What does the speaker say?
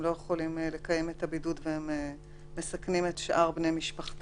לא יכולים לקיים את הבידוד והם מסכנים את שאר בני משפחתם.